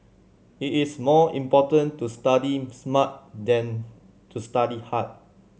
it is more important to study smart than to study hard